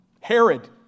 Herod